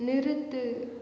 நிறுத்து